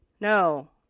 No